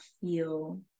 feel